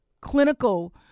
clinical